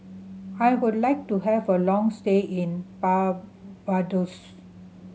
I would like to have a long stay in Barbados